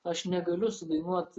aš negaliu sudainuot